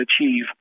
achieve